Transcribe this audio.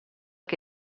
che